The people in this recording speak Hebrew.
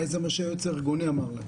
אולי זה מה שהיועץ הארגוני אמר להם.